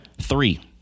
Three